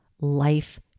life